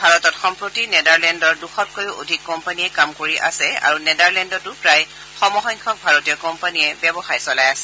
ভাৰতত সম্প্ৰতি নেডাৰলেণ্ডৰ দুশতকৈও অধিক কোম্পানীয়ে কাম কৰি আছে আৰু নেডাৰলেণ্ডতো প্ৰায় সমসংখ্যক ভাৰতীয় কোম্পানীয়ে ব্যৱসায় চলাই আছে